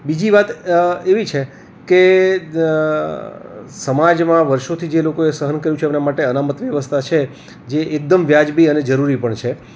બીજી વાત એવી છે કે સમાજમાં વર્ષોથી જે લોકોએ સહન કર્યું છે એમના માટે અનામત વ્યવસ્થા છે જે એકદમ વ્યાજબી અને જરૂરી પણ છે